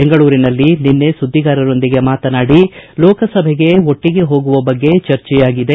ಬೆಂಗಳೂರಿನಲ್ಲಿ ನಿನ್ನೆ ಸುದ್ದಿಗಾರೊಂದಿಗೆ ಮಾತನಾಡಿ ಲೋಕಸಭೆಗೆ ಒಟ್ಟಿಗೇ ಹೋಗುವ ಬಗ್ಗೆ ಚರ್ಚೆ ಆಗಿದೆ